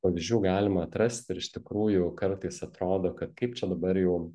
pavyzdžių galima atrasti ir iš tikrųjų kartais atrodo kad kaip čia dabar jau